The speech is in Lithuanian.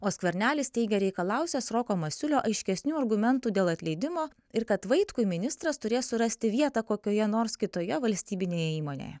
o skvernelis teigė reikalausiąs roko masiulio aiškesnių argumentų dėl atleidimo ir kad vaitkui ministras turės surasti vietą kokioje nors kitoje valstybinėje įmonėje